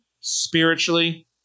spiritually